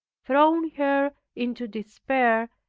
thrown her into despair,